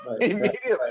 immediately